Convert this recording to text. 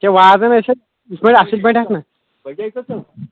یکیٛاہ واتَان ٲسۍ أسۍ یِتھ پٲٹھۍ نا